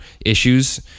issues